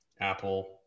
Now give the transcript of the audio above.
apple